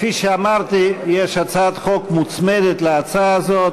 כפי שאמרתי, יש הצעת חוק המוצמדת להצעה הזאת,